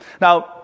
Now